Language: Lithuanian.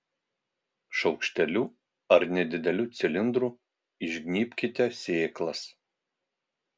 šaukšteliu ar nedideliu cilindru išgnybkite sėklas